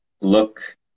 look